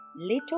Little